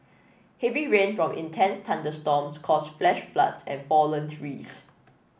heavy rain from intense thunderstorms caused flash floods and fallen trees